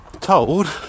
told